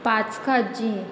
पांच खाजी